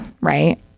right